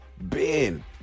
Ben